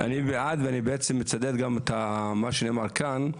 אני מצדד במה שנאמר כאן,